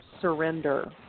surrender